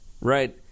right